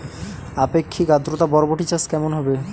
আপেক্ষিক আদ্রতা বরবটি চাষ কেমন হবে?